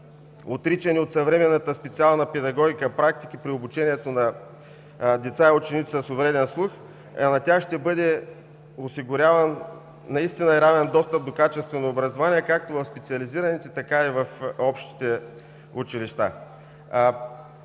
отричаните от съвременната специална педагогика практики при обучението на деца и ученици с увреден слух. На тях ще бъде осигуряван наистина равен достъп до качествено образование както в специализираните, така и в общите училища.